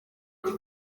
riti